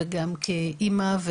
גם כאמא,